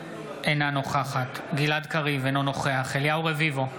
אינה נוכחת גלעד קריב, אינו נוכח אליהו רביבו,